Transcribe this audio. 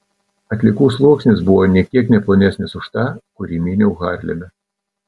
atliekų sluoksnis buvo nė kiek ne plonesnis už tą kurį myniau harleme